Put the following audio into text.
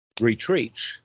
retreats